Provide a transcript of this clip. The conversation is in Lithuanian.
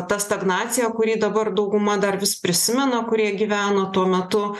ta stagnacija kurį dabar dauguma dar vis prisimena kurie gyveno tuo metu